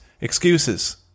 excuses